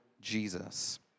Jesus